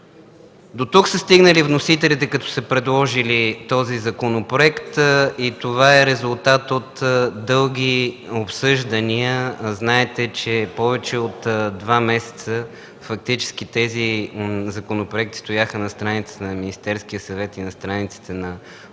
Дотук са стигнали вносителите, като са предложили този законопроект, и това е резултат от дълги обсъждания. Знаете, че повече от два месеца фактически тези законопроекти стояха на страниците на Министерския съвет и на страниците на отделните